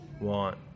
want